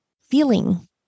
feeling